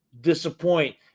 disappoint